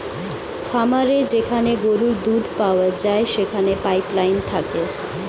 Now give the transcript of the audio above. খামারে যেখানে গরুর দুধ পাওয়া যায় সেখানে পাইপ লাইন থাকে